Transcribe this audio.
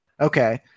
Okay